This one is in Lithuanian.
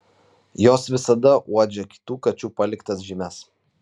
jos visada uodžia kitų kačių paliktas žymes